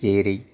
जेरै